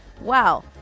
Wow